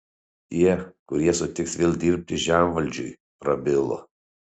tie kurie sutiks vėl dirbti žemvaldžiui prabilo